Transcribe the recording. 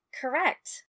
Correct